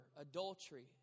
adultery